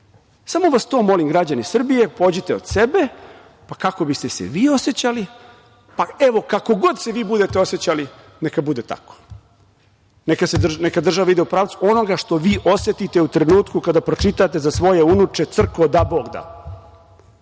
Samo vas to molim građani Srbije, pođite od sebe kako biste se vi osećali. Evo, kako god se vi budete osećali neka bude tako. Neka država ide u pravcu onoga što vi osetite u trenutku kada pročitate - crklo, dabogda.